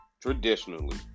traditionally